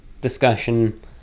discussion